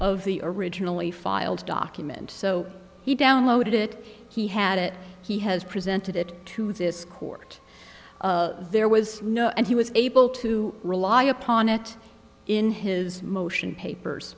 of the originally filed document so he downloaded it he had it he has presented it to this court there was no and he was able to rely upon it in his motion papers